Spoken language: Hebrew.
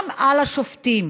גם על השופטים.